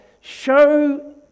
show